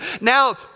Now